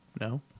No